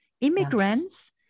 immigrants